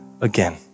again